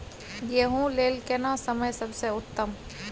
गेहूँ लेल केना समय सबसे उत्तम?